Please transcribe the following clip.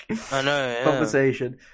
conversation